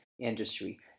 industry